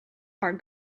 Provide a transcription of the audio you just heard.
are